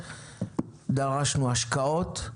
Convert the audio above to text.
דרשנו השקעות,